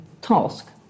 task